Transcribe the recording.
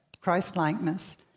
Christ-likeness